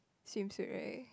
swimsuit right